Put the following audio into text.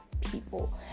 people